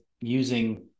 using